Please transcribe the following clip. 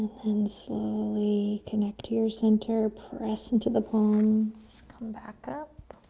then slowly connect to your center. press into the palms, come back up.